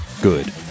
good